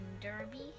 derby